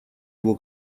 его